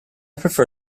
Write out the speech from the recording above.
prefer